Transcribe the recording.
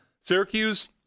Syracuse